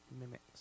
mimics